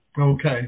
Okay